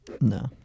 no